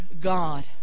God